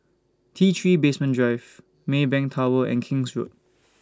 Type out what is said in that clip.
T three Basement Drive Maybank Tower and King's Road